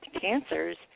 cancers